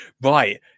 Right